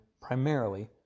primarily